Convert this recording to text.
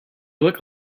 look